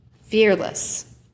fearless